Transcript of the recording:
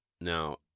Now